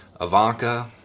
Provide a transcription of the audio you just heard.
Ivanka